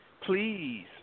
please